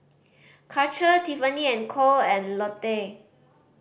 Karcher Tiffany and Co and Lotte